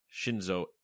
Shinzo